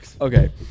Okay